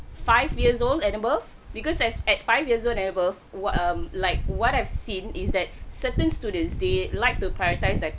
five years old and above because as at five years old and above um what like what I've seen is that certain students they like to prioritise like